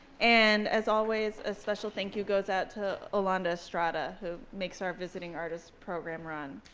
and as always, a special thank you goes out to ah and estrada who makes our visiting artist program run.